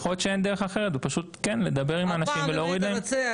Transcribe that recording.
מפה לאוזן.